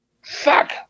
Fuck